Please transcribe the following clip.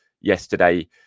yesterday